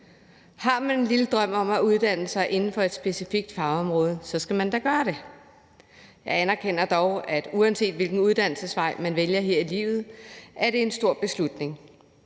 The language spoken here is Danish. Har man en lille drøm om at uddanne sig inden for et specifikt fagområde, skal man da gøre det. Jeg anerkender dog, at uanset hvilken uddannelsesvej man vælger her i livet, er det en stor beslutning.